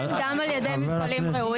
כן, גם על ידי מפעלים ראויים.